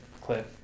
clip